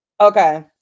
Okay